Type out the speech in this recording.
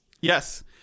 Yes